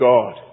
God